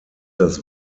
das